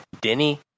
Denny